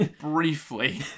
Briefly